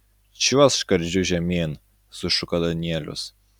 čiuožk skardžiu žemyn sušuko danielius